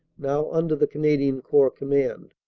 now under the canadian corps command.